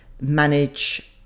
manage